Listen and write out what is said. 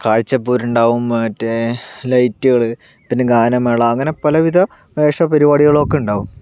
കാഴ്ചപ്പോരുണ്ടാകും മറ്റേ ലൈറ്റുകൾ പിന്നെ ഗാനമേള അങ്ങനെ പലവിധ ആഘോഷ പരിപാടികളൊക്കെ ഉണ്ടാകും